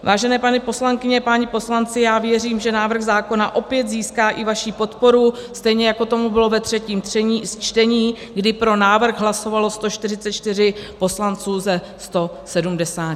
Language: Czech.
Vážené paní poslankyně, páni poslanci, já věřím, že návrh zákona opět získá i vaši podporu, stejně jako tomu bylo ve třetím čtení, kdy pro návrh hlasovalo 144 poslanců ze 170.